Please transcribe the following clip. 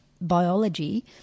biology